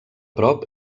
prop